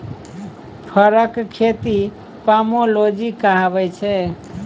फरक खेती पामोलोजी कहाबै छै